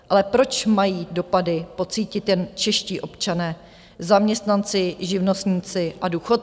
Ale proč mají dopady pocítit jen čeští občané, zaměstnanci, živnostníci a důchodci?